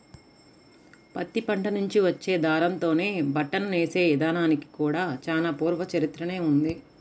పత్తి పంట నుంచి వచ్చే దారంతోనే బట్టను నేసే ఇదానానికి కూడా చానా పూర్వ చరిత్రనే ఉంది